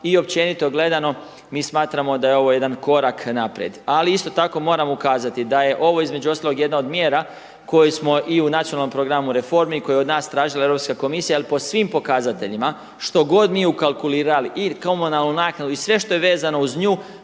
I općenito gledano mi smatramo da je ovo jedan korak naprijed. Ali isto tako moram ukazati da je ovo između ostalog jedna mjera koju smo i u nacionalnom programu reformi koju je od nas tražila Europska komisija, jer po svim pokazateljima, što god mi ukalkulirali i komunalnu naknadu i sve što je vezano uz nju,